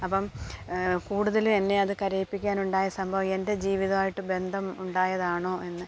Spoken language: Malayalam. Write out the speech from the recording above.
അപ്പം കൂടുതൽ എന്നെ അതു കരയിപ്പിക്കാനുണ്ടായ സംഭവം എൻ്റെ ജീവിതം ആയിട്ട് ബന്ധം ഉണ്ടായതാണോ എന്ന്